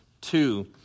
two